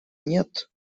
нет